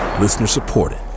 Listener-supported